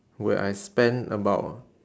where I spent about